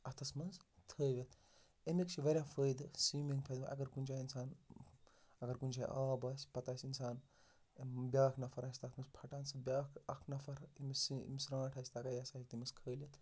اَتھَس منٛز تھٲوِتھ اَمِکۍ چھِ واریاہ فٲیِدٕ سِومِنٛگ فٲیدٕ اگر کُنہِ جاے اِنسان اگر کُنہِ جاے آب آسہِ پَتہٕ آسہِ اِنسان بیٛاکھ نَفَر آسہِ منٛز تَتھ منٛز پھَٹان سُہ بیٛاکھ اَکھ نَفَر ییٚمِس ییٚمِس ژھرٛانٛٹھ آسہِ تَگان یہِ ہَسا ہیٚکہِ تٔمِس کھٲلِتھ